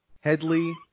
Headley